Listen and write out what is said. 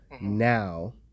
now